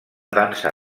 dansa